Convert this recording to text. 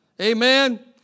Amen